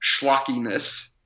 schlockiness